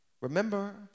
Remember